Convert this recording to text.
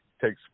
takes